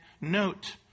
note